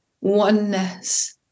oneness